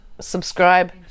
subscribe